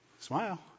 Smile